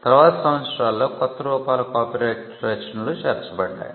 తరువాతి సంవత్సరాల్లో కొత్త రూపాల కాపీరైట్ రచనలు చేర్చబడ్డాయి